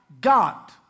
God